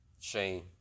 Shame